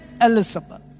Elizabeth